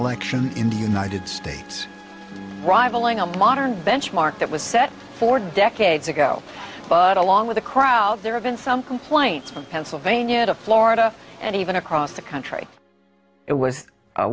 election in the united states rivaling a modern benchmark that was set for decades ago but along with the crowd there have been some complaints pennsylvania to florida and even across the country it was a